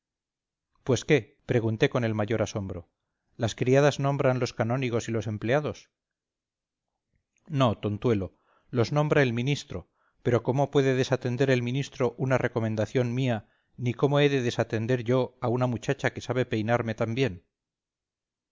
pues qué pregunté con el mayor asombro las criadas nombran los canónigos y los empleados no tontuelo los nombra el ministro pero cómo puede desatender el ministro una recomendación mía ni cómo he de desatender yo a una muchacha que sabe peinarme